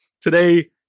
today